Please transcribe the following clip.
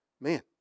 Man